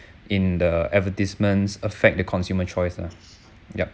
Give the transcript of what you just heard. in the advertisements affect the consumer choice lah yup